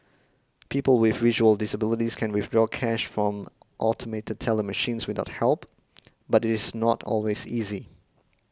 people with visual disabilities can withdraw cash from automated teller machines without help but it is not always easy